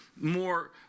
more